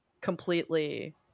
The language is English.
completely